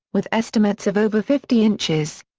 with estimates of over fifty inches.